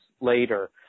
later